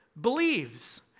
believes